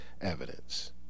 evidence